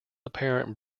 apparent